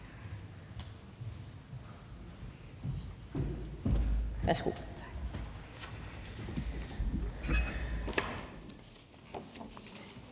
Værsgo.